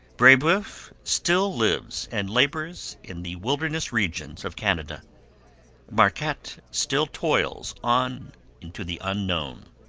brebeuf still lives and labours in the wilderness regions of canada marquette still toils on into the unknown.